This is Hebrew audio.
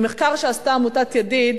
ממחקר שעשתה עמותת "ידיד"